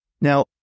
Now